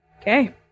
Okay